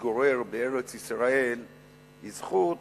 להתגורר בארץ-ישראל היא זכות